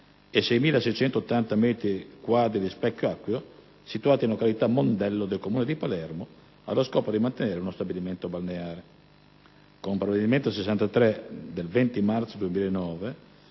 e 6.680 metri quadri di specchio acqueo situati in località Mondello del Comune di Palermo, allo scopo di mantenere uno stabilimento balneare. Con provvedimento n. 63 del 20 marzo 2009,